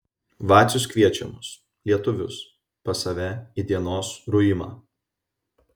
vacius kviečia mus lietuvius pas save į dienos ruimą